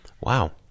Wow